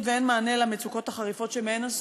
ואין מענה למצוקות החריפות שמהן הן סובלות.